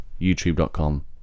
youtube.com